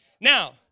Now